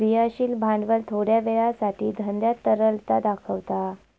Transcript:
क्रियाशील भांडवल थोड्या वेळासाठी धंद्यात तरलता दाखवता